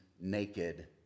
naked